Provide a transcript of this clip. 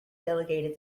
delegated